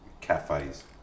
cafes